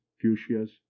fuchsias